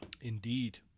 Indeed